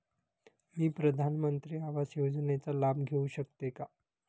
मी प्रधानमंत्री आवास योजनेचा लाभ घेऊ शकते का?